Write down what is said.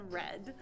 red